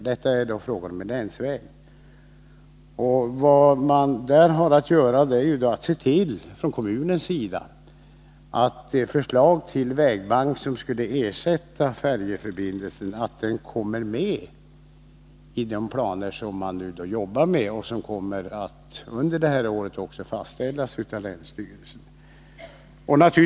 Det är här fråga om en länsväg, och kommunen måste se till att förslaget till vägbank — som skulle ersätta färjeförbindelsen — kommer med i de planer som vägverket nu arbetar med och som kommer att fastställas av länsstyrelsen under detta år.